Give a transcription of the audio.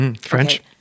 French